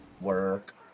Work